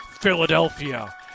Philadelphia